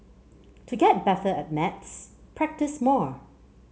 to get better at maths practise more